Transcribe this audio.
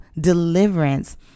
deliverance